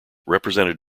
represented